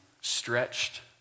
stretched